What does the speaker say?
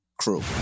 Crew